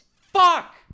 Fuck